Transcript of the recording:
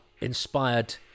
inspired